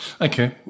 Okay